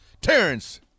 terrence